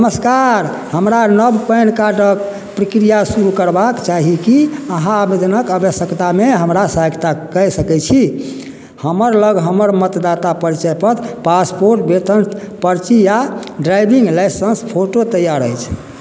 नमस्कार हमरा नब पैन कार्डक प्रक्रिआ शुरू करबाक चाही की अहाँ आबेदनक आबश्यकतामे हमरा सहायता कय सकैत छी हमर लग हमर मतदाता परिचय पत्र पासपोर्ट बेतन पर्ची आ ड्राइविंग लाइसेंस फोटो तैआर अछि